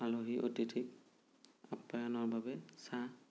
আলহী অতিথিক আপ্যায়নৰ বাবে চাহ